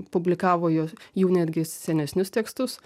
publikavo juo jų netgi senesnius tekstus